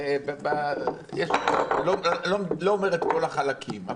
לא אומר את כל החלקים.